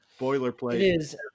boilerplate